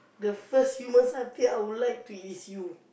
the first human satay I would like to eat is you